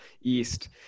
East